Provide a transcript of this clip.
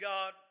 God